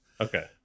Okay